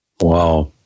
Wow